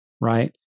right